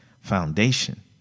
foundation